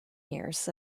years